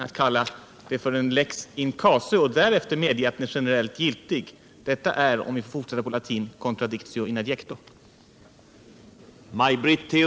Att kalla lagen för en lex in casu och därefter medge att den är generellt giltig — det är, om vi skall fortsätta på latin, en contradictio in adjecto.